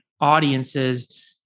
audiences